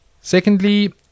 secondly